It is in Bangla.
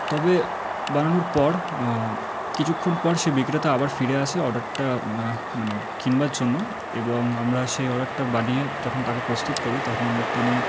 তবে বানানোর পর কিছুক্ষণ পর সে বিক্রেতা আবার ফিরে আসে অর্ডারটা মানে কিনবার জন্য এবং আমরা সেই অর্ডারটা বানিয়ে যখন তাকে প্রস্তুত করি তখন তিনি